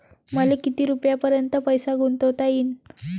मले किती रुपयापर्यंत पैसा गुंतवता येईन?